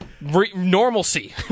normalcy